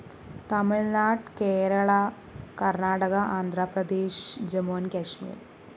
Tamil Nadu Kerala Karnataka Andhra Pradesh Jammu and Kashmir